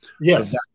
Yes